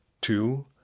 Two